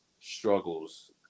struggles